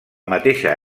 mateixa